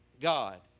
god